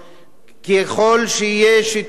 ככל שיהיה שיתוף פעולה